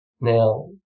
Now